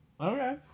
Okay